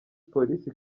polisi